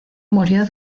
murió